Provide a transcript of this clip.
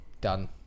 done